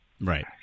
Right